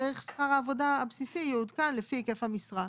ערך שכר העבודה הבסיסי יעודכן לפי היקף המשרה.